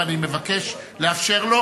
ואני מבקש לאפשר לו.